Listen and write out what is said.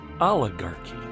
oligarchy